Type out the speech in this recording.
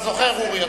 אתה זוכר, אורי?